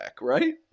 Right